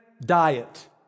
diet